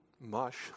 mush